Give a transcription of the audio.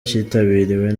kitabiriwe